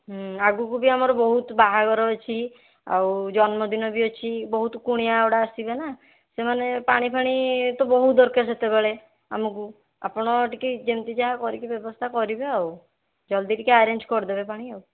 ଆଗକୁ ବି ଆମର ବହୁତ ବାହାଘର ଅଛି ଆଉ ଜନ୍ମଦିନ ବି ଅଛି ବହୁତ କୁଣିଆଗୁଡ଼ା ଆସିବେ ନା ସେମାନେ ପାଣି ଫାଣି ଇଏ ତ ବହୁତ ଦରକାର ସେତେବେଳେ ଆମକୁ ଆପଣ ଟିକିଏ ଯେମିତି ଯାହା କରିକି ବ୍ୟବସ୍ଥା କରିବେ ଆଉ ଜଲ୍ଦି ଟିକିଏ ଆରେଞ୍ଜ୍ କରିଦେବେ ପାଣି ଆଉ